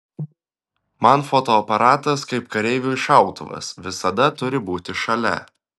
man fotoaparatas kaip kareiviui šautuvas visada turi būti šalia